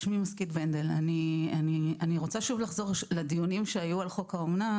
אני רוצה שוב לחזור לדיונים שהיו על חוק האומנה,